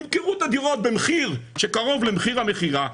ימכרו את הדירות במחיר שקרוב למחיר המכירה,